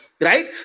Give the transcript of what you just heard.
right